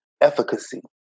efficacy